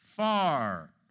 Far